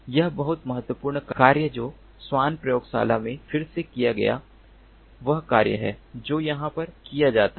एक बहुत महत्वपूर्ण कार्य जो स्वान प्रयोगशाला में फिर से किया गया वह कार्य है जो यहाँ पर किया जाता है